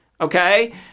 okay